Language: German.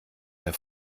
der